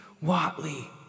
Watley